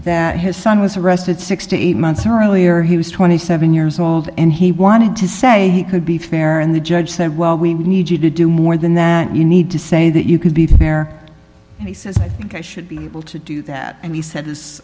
that his son was arrested six to eight months earlier he was twenty seven years old and he wanted to say he could be fair and the judge said well we need you to do more than that you need to say that you could be fair and he says i think i should be able to do that and he said